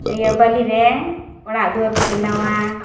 ᱤᱭᱟᱹ ᱵᱟᱹᱞᱤᱨᱮ ᱚᱲᱟᱜ ᱫᱩᱣᱟᱹᱨ ᱠᱚ ᱵᱮᱱᱟᱣᱟ